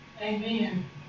Amen